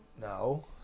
No